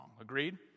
Agreed